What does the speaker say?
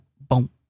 boom